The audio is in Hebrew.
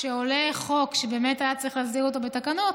כשעולה חוק שהיה צריך להסדיר בתקנות,